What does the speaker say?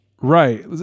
Right